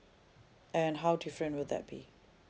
and how different will that be